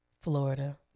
Florida